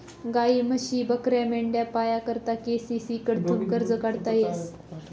गायी, म्हशी, बकऱ्या, मेंढ्या पाया करता के.सी.सी कडथून कर्ज काढता येस